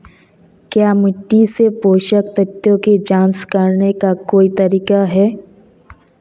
क्या मिट्टी से पोषक तत्व की जांच करने का कोई तरीका है?